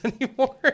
anymore